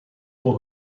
può